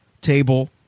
table